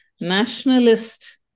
nationalist